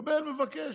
המקבל מבקש.